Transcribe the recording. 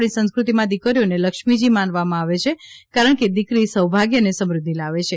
આપણી સંસ્કૃતિમાં દીકરીઓને લક્ષ્મીજી માનવામાં આવે છે કારણકે દીકરી સૌભાગ્ય અને સમૃદ્ધિ લાવે છે